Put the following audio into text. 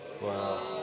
Wow